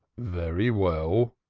very well,